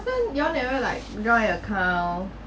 then you all never like joint account